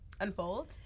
unfold